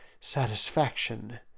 satisfaction